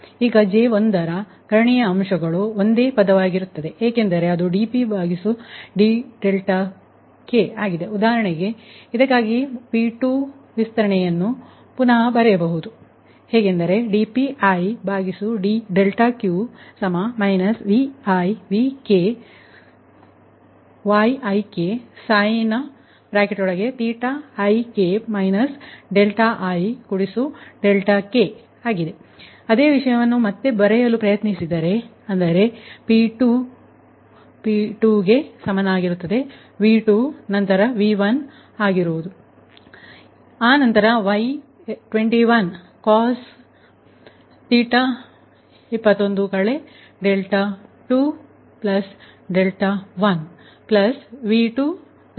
ಆದ್ದರಿಂದ ಈಗ J1 ರ ಕರ್ಣೀಯ ಅಂಶಗಳು ಇವು ಒಂದೇ ಪದವಾಗಿರುತ್ತವೆ ಏಕೆಂದರೆ ಅದು dPidk ಆಗಿದೆ ಉದಾಹರಣೆಗೆ ಇದಕ್ಕಾಗಿ ಅಂದರೆ P2 ವಿಸ್ತರಣೆಯನ್ನು ನೀವು ಪುನಃ ಬರೆಯಬಹುದು dPidk ViVkYikik ik ಅದೇ ವಿಷಯ ಪುನಃ ಬರೆಯಲು ಪ್ರಯತ್ನಿಸಿದರೆ ಮತ್ತು ಉದಾಹರಣೆಗೆ P2 P2 ಗೆ ಸಮಾನವಾಗಿರುತ್ತದೆ V2 ನಂತರ V1 ಆಗುವುದು